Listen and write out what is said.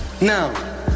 Now